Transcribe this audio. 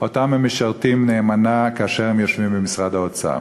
שאותם הם משרתים נאמנה כאשר הם יושבים במשרד האוצר.